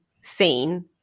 seen